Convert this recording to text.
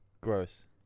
gross